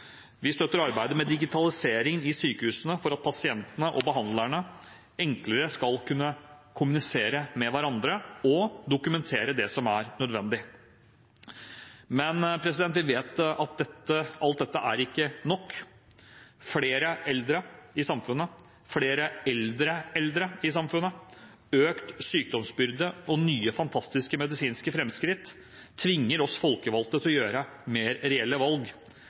vi støtter arbeidet med digitalisering i sykehusene for at pasientene og behandlerne enklere skal kunne kommunisere med hverandre og kunne dokumentere det som er nødvendig. Men vi vet at alt dette ikke er nok. Flere eldre i samfunnet, flere eldre eldre i samfunnet, økt sykdomsbyrde og nye, fantastiske medisinske framskritt tvinger oss folkevalgte til å gjøre mer reelle valg: